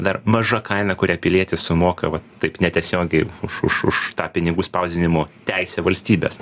dar maža kaina kurią pilietis sumoka va taip netiesiogiai už už už tą pinigų spausdinimo teisę valstybės